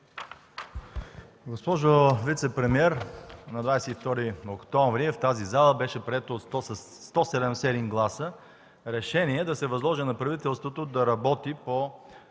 Госпожо вицепремиер, на 22 октомври в тази зала беше прието със 171 гласа решение да се възложи на правителството да работи по